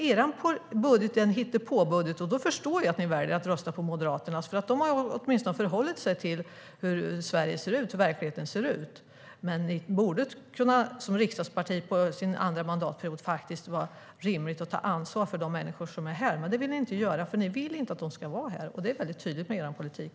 Er budget är en hittepåbudget, och då förstår jag att ni väljer att rösta på Moderaternas, för de har åtminstone förhållit sig till hur Sverige och verkligheten ser ut. För er som riksdagsparti på er andra mandatperiod borde det vara rimligt att ta ansvar för de människor som är här. Men det vill ni inte göra, för ni vill inte att de ska vara här. Det är väldigt tydligt med er politik.